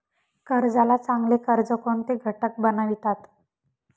कर्जाला चांगले कर्ज कोणते घटक बनवितात?